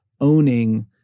owning